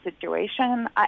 situation